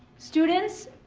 students,